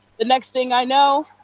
the next thing i know,